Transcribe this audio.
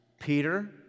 Peter